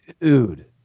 Dude